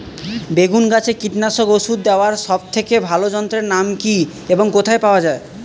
বেগুন গাছে কীটনাশক ওষুধ দেওয়ার সব থেকে ভালো যন্ত্রের নাম কি এবং কোথায় পাওয়া যায়?